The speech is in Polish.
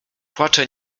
płacze